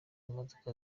modoka